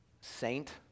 saint